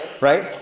Right